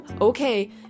Okay